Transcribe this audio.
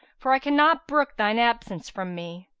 for i cannot brook shine absence from me.